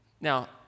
Now